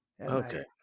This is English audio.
Okay